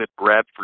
bradford